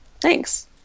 Thanks